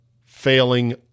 failing